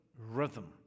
rhythm